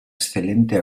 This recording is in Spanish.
excelente